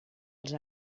els